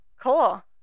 Cool